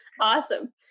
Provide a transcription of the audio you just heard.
Awesome